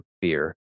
fear